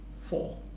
four